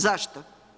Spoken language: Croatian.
Zašto?